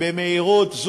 במהירות.